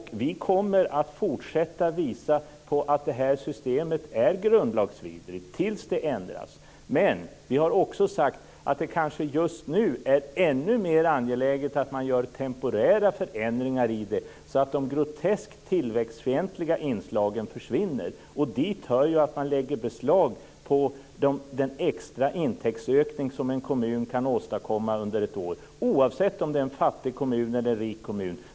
Vi kommer att fortsätta visa på att detta system är grundlagsvidrigt till dess att det ändras. Vi har också sagt att det kanske just nu är ännu mer angeläget att man gör temporära förändringar i systemet så att de groteskt tillväxtfientliga inslagen försvinner. Dit hör att man lägger beslag på den extra intäktsökning som en kommun kan åstadkomma under ett år - oavsett om det är en fattig eller rik kommun.